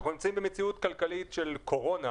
אנחנו נמצאים במציאות כלכלית של קורונה